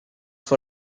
for